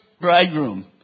bridegroom